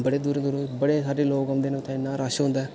बड़े हारे बड़े दूरा दूरा लोक औंदे न बड़ा रश होंदा ऐ